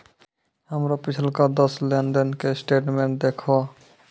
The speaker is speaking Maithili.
हमरो पिछला दस लेन देन के स्टेटमेंट देहखो